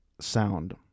sound